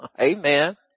Amen